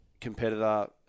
competitor